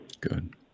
good